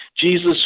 Jesus